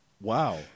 Wow